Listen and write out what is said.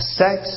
sex